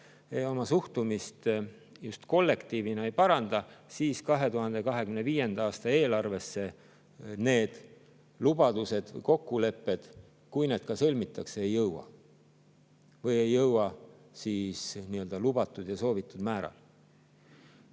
oma suhtumist just kollektiivina ei paranda, siis 2025. aasta eelarvesse need lubadused ja kokkulepped, kui need ka sõlmitakse, ei jõua või ei jõua lubatud ja soovitud määral.